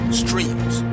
streams